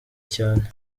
cyane